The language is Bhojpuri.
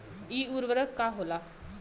इ उर्वरक का होला?